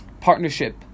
partnership